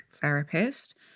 therapist